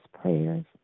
prayers